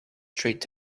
straight